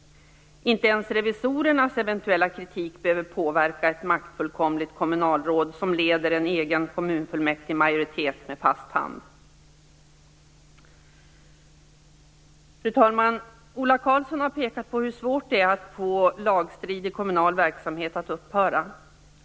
Inte ens revisorernas eventuella kritik behöver påverka ett maktfullkomligt kommunalråd som leder en egen kommunfullmäktigemajoritet med fast hand. Fru talman! Ola Karlsson har pekat på hur svårt det är att få lagstridig kommunal verksamhet att upphöra.